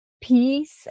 peace